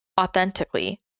authentically